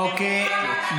אוקיי,